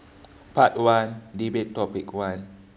part one debate topic one